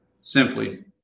simply